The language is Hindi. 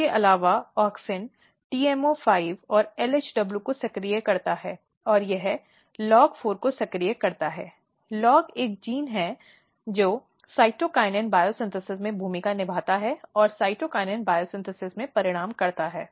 इसके अलावा ऑक्सिन TMO5 और LHW को सक्रिय करता है और यह LOG4 को सक्रिय करता है LOG एक जीन जो साइटोकिनिन बायोसिंथेसिस में भूमिका निभाता है और साइटोकिनिन बायोसिंथेसिस में परिणाम करता है